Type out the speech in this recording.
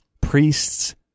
priests